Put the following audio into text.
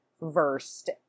versed